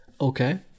Okay